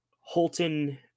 holton